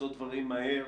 לעשות דברים מהר,